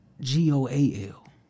G-O-A-L